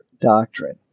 Doctrine